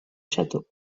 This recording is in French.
château